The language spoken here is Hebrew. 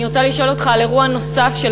אני רוצה לשאול אותך על אירוע נוסף של